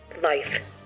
life